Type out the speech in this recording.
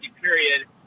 period